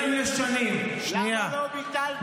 למה לא ביטלתם?